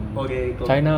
oh they tutup